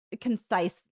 concise